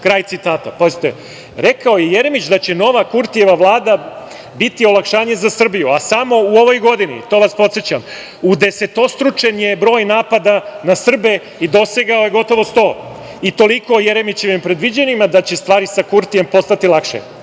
kraj citata. Pazite, rekao je Jeremić da će nova Kurtijeva vlada biti olakšanja za Srbiju, a samo u ovoj godini, to vas podsećam, udesetostručen je broj napada na Srbe i dosegao je gotovo 100. Toliko o Jeremićevim predviđanjima da će stvari sa Kurtijem postati lakše.Za